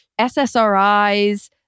SSRIs